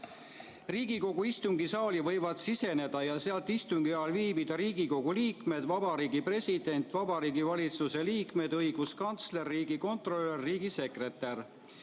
Riigikogu istungisaali võivad siseneda ja seal istungi ajal viibida Riigikogu liikmed, Vabariigi President, Vabariigi Valitsuse liikmed, õiguskantsler, riigikontrolör, riigisekretär,